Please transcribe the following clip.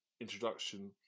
introduction